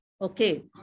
okay